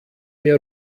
mehr